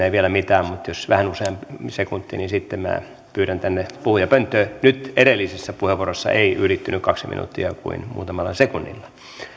ei ole vielä mitään mutta jos on vähän useampi sekunti niin sitten minä pyydän tänne puhujapönttöön nyt edellisessä puheenvuorossa ei ylittynyt kaksi minuuttia kuin muutamalla sekunnilla